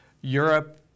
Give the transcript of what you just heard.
Europe